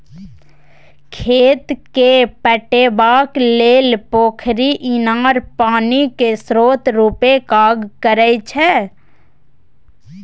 खेत केँ पटेबाक लेल पोखरि, इनार पानिक स्रोत रुपे काज करै छै